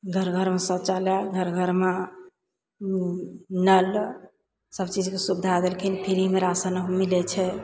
घर घरमे शौचालय घर घरेमे नल सब चीजके सुविधा देलखिन फ्रीमे राशन मिलय छै